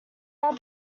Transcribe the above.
are